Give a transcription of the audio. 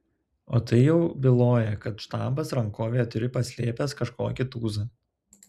o tai jau byloja kad štabas rankovėje turi paslėpęs kažkokį tūzą